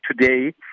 today